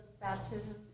baptism